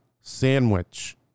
sandwich